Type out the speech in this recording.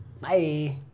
Bye